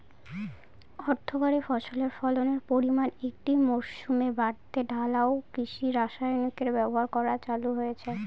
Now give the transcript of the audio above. অর্থকরী ফসলের ফলনের পরিমান একটি মরসুমে বাড়াতে ঢালাও কৃষি রাসায়নিকের ব্যবহার করা চালু হয়েছে